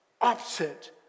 opposite